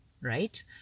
right